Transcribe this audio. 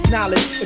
Knowledge